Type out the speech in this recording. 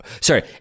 Sorry